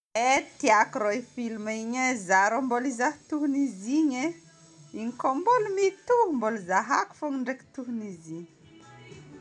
Eh tiako rô igny filma igny e. Zaho rô mbola hizaha tohin'izy igny e. Igny koa mbola mitohy mbola zahako fôgna ndraika tohin'izy igny.